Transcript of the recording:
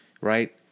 Right